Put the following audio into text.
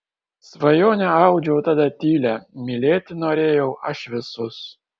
svajonę audžiau tada tylią mylėti norėjau aš visus